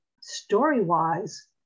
Story-wise